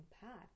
path